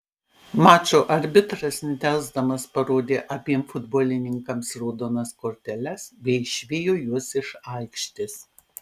mačo arbitras nedelsdamas parodė abiem futbolininkams raudonas korteles bei išvijo juos iš aikštės